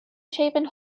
shaven